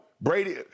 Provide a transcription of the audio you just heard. Brady